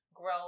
grow